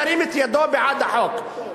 ירים את ידו בעד החוק,